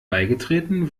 beigetreten